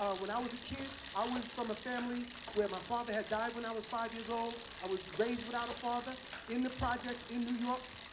ah when i was a kid, i was from a family where my father had died when i was five years old. i was raised without a father in the projects in new york.